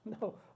No